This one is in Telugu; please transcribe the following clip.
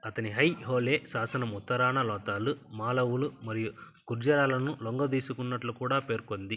అతని హైహోళే శాసనం ఉత్తరాన లోతాలు మాళవులు మరియు గుర్జారాలను లొంగదీసుకున్నట్లు కూడా పేర్కొంది